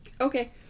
Okay